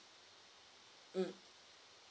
mm